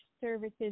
services